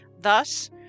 Thus